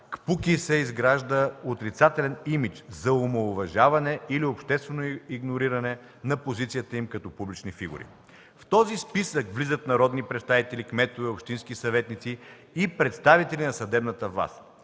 КПУКИ се изгражда отрицателен имидж, за омаловажаване или обществено игнориране на позицията им като публични фигури. В този списък влизат народни представители, кметове, общински съветници и представители на съдебната власт.